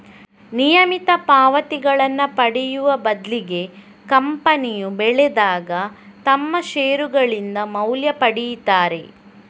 ನಿಯಮಿತ ಪಾವತಿಗಳನ್ನ ಪಡೆಯುವ ಬದ್ಲಿಗೆ ಕಂಪನಿಯು ಬೆಳೆದಾಗ ತಮ್ಮ ಷೇರುಗಳಿಂದ ಮೌಲ್ಯ ಪಡೀತಾರೆ